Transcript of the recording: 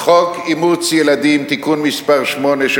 חוק אימוץ ילדים (תיקון מס' 8),